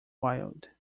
wild